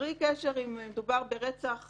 בלי קשר אם מדובר ברצח